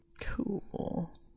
Cool